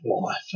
life